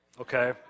okay